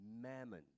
mammon